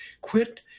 quit